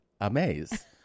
amaze